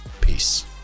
peace